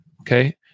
Okay